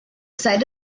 site